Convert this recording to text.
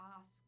ask